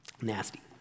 Nasty